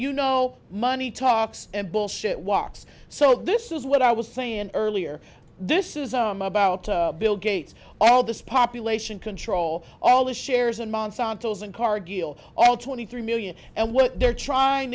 you know money talks and bullshit walks so this is what i was saying earlier this is some about bill gates all this population control all the shares and monsanto's and cargill all twenty three million and what they're trying